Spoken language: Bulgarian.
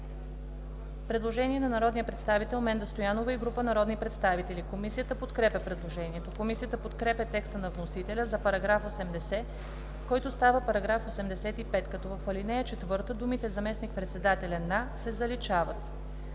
предложение на народния представител Менда Стоянова и група народни представители. Комисията подкрепя предложението. Комисията подкрепя текста на вносителя за § 43, който става § 45, като в ал. 3 думите „заместник-председателя на“ се заличават.